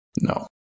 No